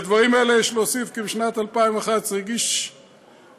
לדברים אלה יש להוסיף כי בשנת 2011 הגיש מגדל